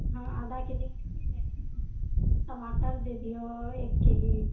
हँ आधा केजी मिरची दै दियो टमाटर दै दियौ एक केजी